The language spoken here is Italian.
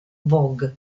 vogue